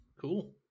cool